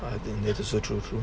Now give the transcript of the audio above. I think yes it's so true true